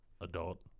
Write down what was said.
adult